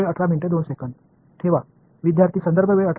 ठेवा